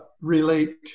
relate